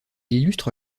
illustre